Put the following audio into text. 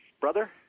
brother